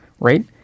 Right